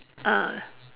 ah